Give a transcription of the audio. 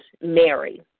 Mary